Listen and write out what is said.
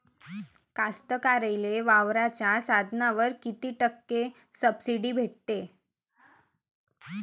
कास्तकाराइले वावराच्या साधनावर कीती टक्के सब्सिडी भेटते?